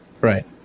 right